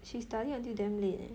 she study until damn late leh